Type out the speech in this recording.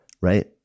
right